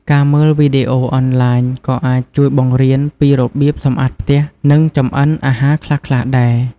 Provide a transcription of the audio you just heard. ការមើលវីដេអូអនឡាញក៏អាចជួយបង្រៀនពីរបៀបសម្អាតផ្ទះ និងចម្អិនអាហារខ្លះៗដែរ ។